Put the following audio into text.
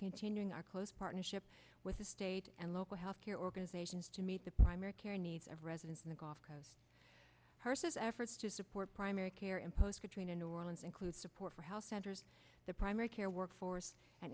continuing our close partnership with the state and local health care organizations to meet the primary care needs of residents in the gulf coast person's efforts to support primary care in post katrina new orleans include support for health centers the primary care workforce and